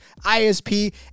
ISP